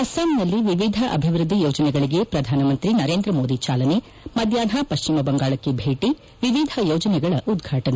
ಅಸ್ಲಾಂನಲ್ಲಿ ವಿವಿಧ ಅಭಿವೃದ್ದಿ ಯೋಜನೆಗಳಿಗೆ ಪ್ರಧಾನಮಂತ್ರಿ ನರೇಂದ್ರಮೋದಿ ಚಾಲನೆ ಮಧ್ಯಾಹ್ನ ಪಶ್ಚಿಮ ಬಂಗಾಳಕ್ಕೆ ಭೇಟಿ ವಿವಿಧ ಯೋಜನೆಗಳ ಉದ್ವಾಟನೆ